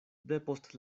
depost